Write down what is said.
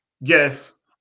Yes